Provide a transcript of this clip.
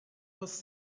was